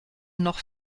noch